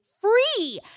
free